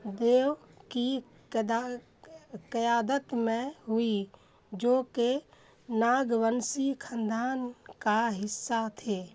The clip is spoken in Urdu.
دیو کی قیادت میں ہوئی جو کہ ناگونسی خاندان کا حصہ تھے